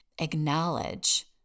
Acknowledge